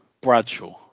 Bradshaw